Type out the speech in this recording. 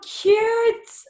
cute